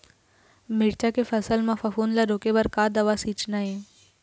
मिरचा के फसल म फफूंद ला रोके बर का दवा सींचना ये?